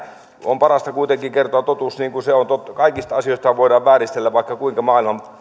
on parasta kuitenkin kertoa totuus niin kuin se on totta kaikkia asioitahan voidaan vääristellä vaikka kuinka maailman